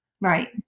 Right